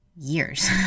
years